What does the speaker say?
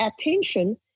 attention